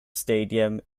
stadium